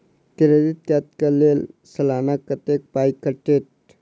Credit card कऽ लेल सलाना कत्तेक पाई कटतै?